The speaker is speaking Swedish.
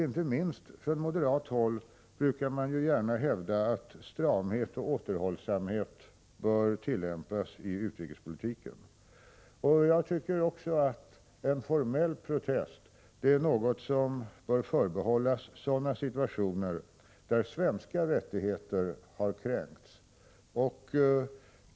Inte minst från moderat håll brukar det gärna hävdas att stramhet och återhållsamhet bör tillämpas i utrikespolitiken. En formell protest är något som bör förbehållas sådana situationer där svenska rättigheter har kränkts.